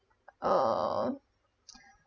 uh